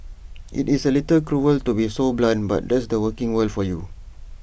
IT is A little cruel to be so blunt but that's the working world for you